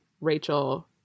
rachel